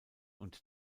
und